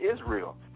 Israel